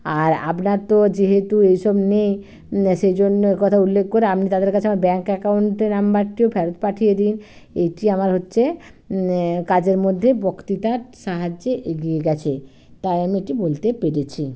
আর আপনার তো যেহেতু এসব নেই সেই জন্য একথা উল্লেখ করে আপনি তাদের কাছে আমার ব্যাঙ্ক অ্যাকাউন্টের নম্বরটিও ফেরত পাঠিয়ে দিন এটি আমার হচ্ছে কাজের মধ্যে বক্তৃতার সাহায্যে এগিয়ে গিয়েছে তাই আমি এটি বলতে পেরেছি